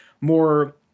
more